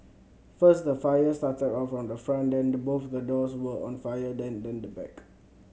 first the fire started of on the front then both the doors were on fire then then the back